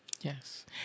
Yes